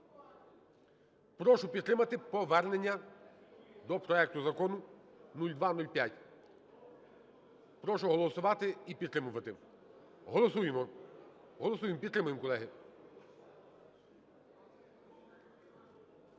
Прошу підтримати повернення до проекту Закону 0205. Прошу голосувати і підтримувати. Голосуємо. Голосуємо, підтримуємо колеги.